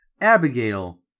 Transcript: Abigail